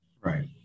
Right